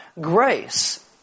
grace